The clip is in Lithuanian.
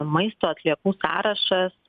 maisto atliekų sąrašas